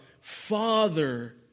Father